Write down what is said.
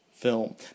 film